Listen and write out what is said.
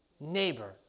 neighbor